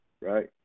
right